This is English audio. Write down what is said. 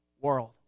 world